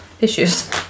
issues